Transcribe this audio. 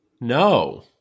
No